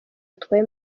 atwaye